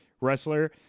wrestler